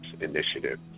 Initiative